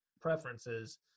preferences